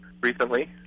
Recently